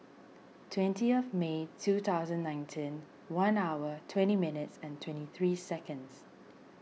twentieth May two thousand nineteen one hour twenty minutes and twenty three seconds